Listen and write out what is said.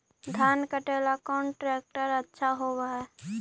धान कटे ला कौन ट्रैक्टर अच्छा होबा है?